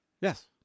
Yes